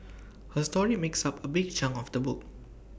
her story makes up A big chunk of the book